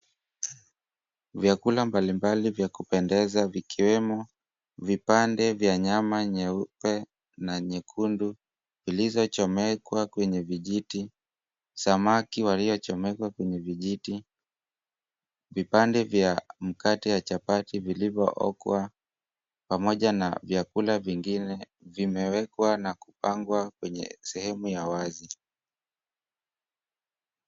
Vyakula mbalimbali vya kupendeza vikiwemo; vipande vya nyama nyeupe na nyekundu zilizochomekwa kwenye vijiti, samaki waliochomekwa kwenye vijiti, vipande vya mkate ya chapati vilivyookwa pamoja na vyakula vingine vimewekwa na kupangwa kwenye sehemu ya wazi.